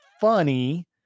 funny